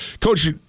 Coach